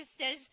says